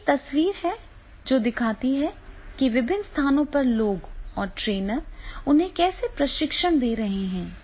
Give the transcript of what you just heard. तो एक तस्वीर है जो दिखाती है कि विभिन्न स्थानों पर लोग और ट्रेनर उन्हें कैसे प्रशिक्षण दे रहे हैं